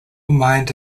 mined